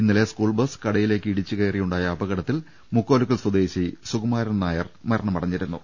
ഇന്നലെ school bus കടയിലേക്ക് ഇടിച്ചു കയറിയുണ്ടായ അപകടത്തിൽ മുക്കോലക്കൽ സ്വദേശി സുകുമാരൻ നായർ മരണമടഞ്ഞിരുന്നു